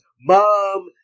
Mom